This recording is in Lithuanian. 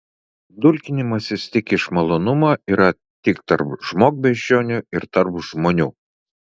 dulkinimasis tik iš malonumo yra tik tarp žmogbeždžionių ir tarp žmonių